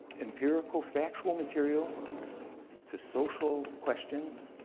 empirical, factual material to social questions,